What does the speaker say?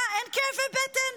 אין כאבי בטן?